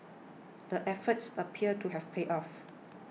the efforts appear to have paid off